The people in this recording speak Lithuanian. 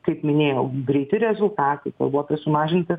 kaip minėjau greiti rezultatai kalbu apie sumažintą